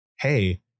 hey